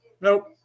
Nope